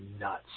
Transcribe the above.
nuts